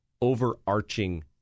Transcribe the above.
overarching